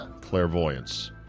Clairvoyance